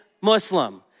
Muslim